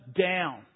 down